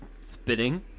spitting